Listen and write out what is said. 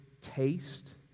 taste